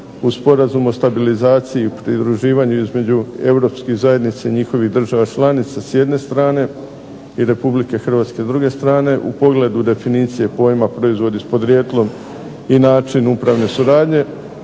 u Sporazumu o stabilizaciji i pridruživanju između Europskih zajednica i njihovih država članica s jedne strane i Republike Hrvatske s druge strane, u pogledu definicije pojma proizvodi s podrijetlom i načini upravne suradnje